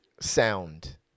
sound